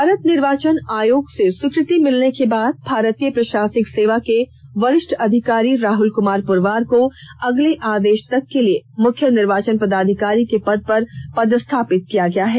भारत निर्वाचन आयोग से स्वीकृति मिलने के बाद भारतीय प्रषासनिक सेवा के वरिष्ठ अधिकारी राहल कुमार पुरवार को अगले आदेष तक के लिए मुख्य निर्वाचन पदाधिकारी के पद पर पदस्थापित किया गया है